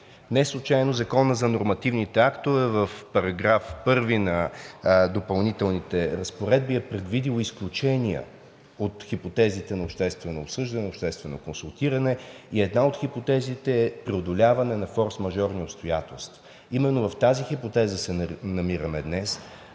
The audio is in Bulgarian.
Неслучайно Законът за нормативните актове в § 1 на Допълнителните разпоредби е предвидил изключения от хипотезите на обществено обсъждане и обществено консултиране и една от хипотезите е преодоляване на форсмажорни обстоятелства. Именно в тази хипотеза се намираме днес.